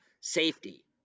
safety